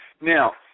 Now